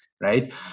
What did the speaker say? right